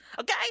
okay